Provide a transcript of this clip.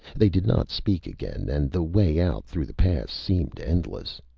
they did not speak again, and the way out through the pass seemed endless.